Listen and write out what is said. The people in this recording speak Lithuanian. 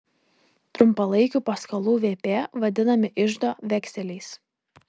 trumpalaikių paskolų vp vadinami iždo vekseliais